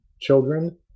children